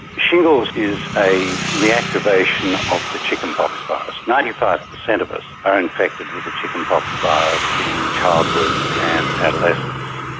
shingles is a reactivation of the chickenpox virus. ninety five percent of us are infected with the chickenpox virus in childhood and adolescence.